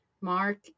Mark